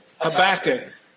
Habakkuk